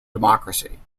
democracy